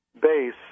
base